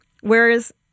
whereas